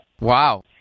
Wow